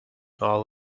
all